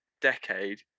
decade